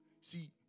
See